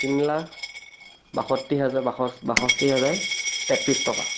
তিনি লাখ বাষট্টি হাজাৰ বাষচ বাষষ্ঠি হাজাৰ তেত্ৰিছ টকা